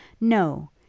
No